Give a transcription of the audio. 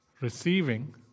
receiving